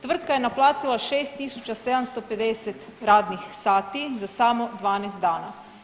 Tvrtka je naplatila 6 750 radnih sati za samo 12 dana.